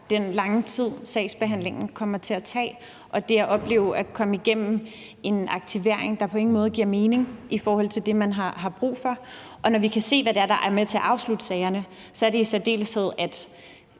den lange tid, som sagsbehandlingen kommer til at tage, og det at opleve at komme igennem en aktivering, der på ingen måde giver mening i forhold til det, man har brug for. Og vi kan se, at det, der er med til at afslutte sagerne, i særdeleshed